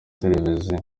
televiziyo